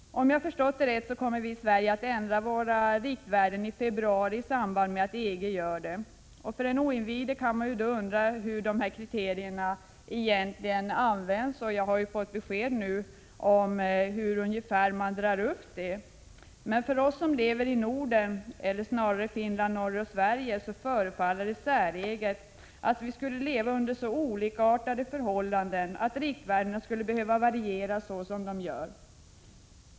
Om jag förstått saken rätt kommer vi i Sverige att ändra våra riktvärden i februari i samband med att EG ändrar riktvärdena. För den oinvigde kan det vara svårt att förstå vilka kriterier som används när man gör dessa ändringar. Jag har nu fått besked om vilka utgångspunkter man i stort tillämpar, men det förefaller säreget att de som bor i Finland, Norge och Sverige anses leva under så olikartade förhållanden att riktvärdena skall behöva variera så som de gör.